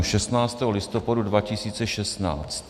16. listopadu 2016.